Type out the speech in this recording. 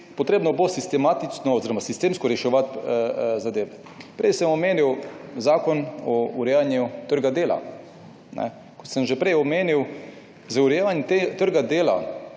Treba bo sistematično oziroma sistemsko reševati zadeve. Prej sem omenil zakon o urejanju trga dela. Kot sem že prej omenil, z urejanjem tega trga